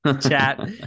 chat